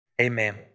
Amen